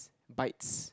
bytes